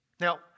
Now